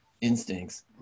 instincts